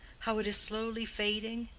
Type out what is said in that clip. how it is slowly fading.